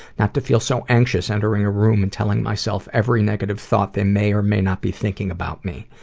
not to feel so anxious entering a room and telling myself every negative thought they may or may not be thinking about me.